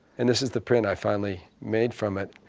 and this is the print i finally made from it.